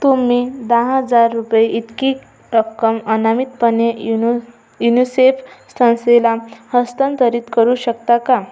तुम्ही दहा हजार रुपये इतकी रक्कम अनामितपणे युनूस् युनूसेफ संस्थेला हस्तांतरित करू शकता का